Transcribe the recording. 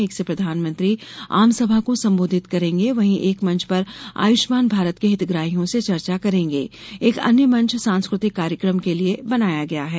एक से प्रधानमंत्री आमसभा को संबोधित करेंगे वहीं एक मंच पर आयुष्मान भारत के हितग्राहियों से चर्चा करेंगे एक अन्य मंच सांस्कृतिक कार्यक्रम के लिए बनाया गया है